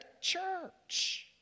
church